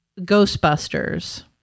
Ghostbusters